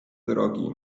drogi